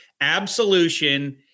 Absolution